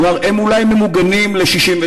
כלומר, הם אולי ממוגנים ל-1967,